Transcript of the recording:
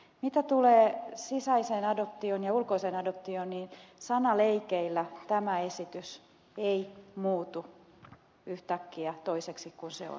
mitä tulee sisäiseen adoptioon ja ulkoiseen adoptioon niin sanaleikeillä tämä esitys ei muutu yhtäkkiä toiseksi kuin se on